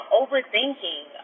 overthinking